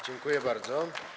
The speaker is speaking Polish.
Dziękuję bardzo.